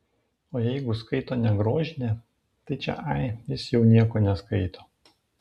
o jeigu skaito ne grožinę tai čia ai jis jau nieko neskaito